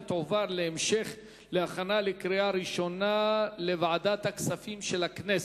ותועבר להכנה לקריאה ראשונה לוועדת הכספים של הכנסת.